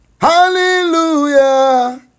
hallelujah